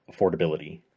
affordability